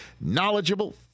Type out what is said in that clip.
knowledgeable